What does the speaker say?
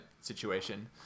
situation